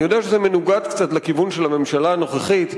אני יודע שזה מנוגד קצת לכיוון של הממשלה הנוכחית,